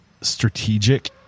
strategic